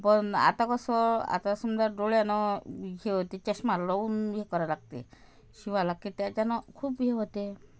पण आता कसं आता समजा डोळ्यानं हे ते चष्मा लावून हे करा लागते शिवाय लागते त्याच्यानं खूप हे होते